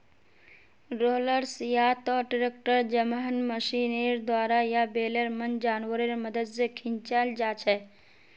rollers या त tractor जैमहँ मशीनेर द्वारा या बैलेर मन जानवरेर मदद से खींचाल जाछे